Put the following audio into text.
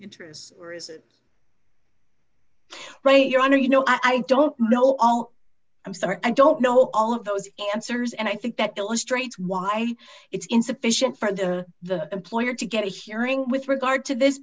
interests or is it right your honor you know i don't know all i'm sorry i don't know all of those answers and i think that illustrates why it's insufficient for the employer to get a hearing with regard to this